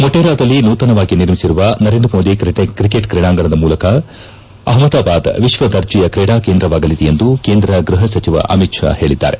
ಮೊಟೆರಾದಲ್ಲಿ ನೂತನವಾಗಿ ನಿರ್ಮಿಸಿರುವ ನರೇಂದ್ರ ಮೋದಿ ಕ್ರಿಕೆಟ್ ಕ್ರೀಡಾಂಗಣದ ಮೂಲಕ ಅಪ್ದಾಬಾದ್ ವಿಶ್ವದರ್ಜೆಯ ಕ್ರೀಡಾ ಕೇಂದ್ರವಾಗಲಿದೆ ಎಂದು ಕೇಂದ್ರ ಗೃಹ ಸಚಿವ ಅಮಿತ್ ಷಾ ಹೇಳಿದ್ದಾರೆ